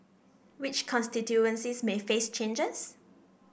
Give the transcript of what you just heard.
which constituencies may face changes